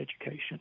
education